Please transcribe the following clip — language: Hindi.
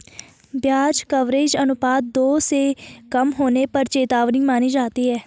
ब्याज कवरेज अनुपात दो से कम होने पर चेतावनी मानी जाती है